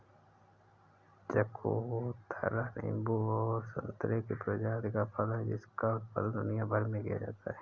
चकोतरा नींबू और संतरे की प्रजाति का फल है जिसका उत्पादन दुनिया भर में किया जाता है